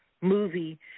movie